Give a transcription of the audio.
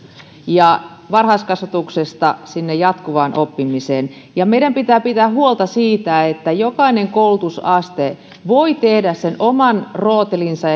varhaiskasvatuksesta sinne jatkuvaan oppimiseen meidän pitää pitää huolta siitä että jokainen koulutusaste voi tehdä sen oman rootelinsa